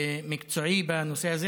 ומקצועי בנושא הזה.